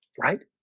right